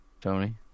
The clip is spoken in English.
Tony